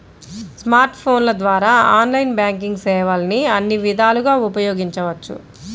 smart ఫోన్ల ద్వారా online banking సేవల్ని అన్ని విధాలుగా ఉపయోగించవచ్చు